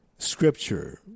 scripture